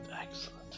excellent